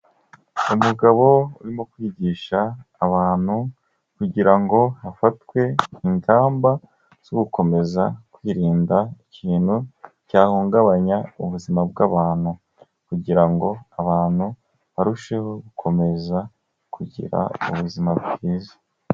Umugabo urimo kwigisha abantu kugira ngo hafatwe ingamba zo gukomeza kwirinda ikintu cyahungabanya ubuzima bw'abantu kugira ngo abantu barusheho gukomeza kugira ubuzima bwiza.